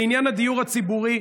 לעניין הדיור הציבורי,